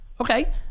Okay